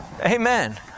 Amen